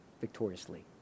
victoriously